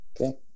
Okay